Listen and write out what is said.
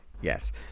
Yes